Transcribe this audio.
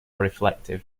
reflective